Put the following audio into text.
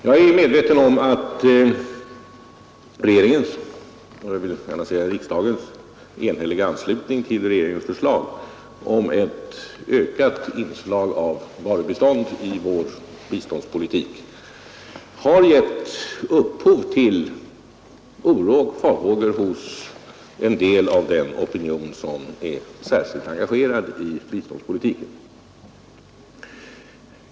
Jag är medveten om att regeringens förslag — liksom riksdagens enhälliga accept — om ett ökat inslag av varubistånd i vår biståndspolitik har gett upphov till oro och farhågor hos en del av den opinion som är särskilt engagerad i biståndspolitiken.